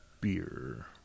beer